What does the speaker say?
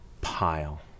pile